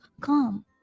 come